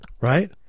right